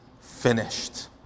finished